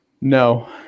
No